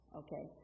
okay